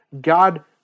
God